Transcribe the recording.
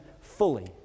fully